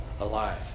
alive